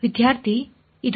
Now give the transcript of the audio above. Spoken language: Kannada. ವಿದ್ಯಾರ್ಥಿ ಇದು